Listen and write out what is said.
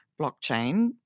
blockchain